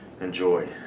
enjoy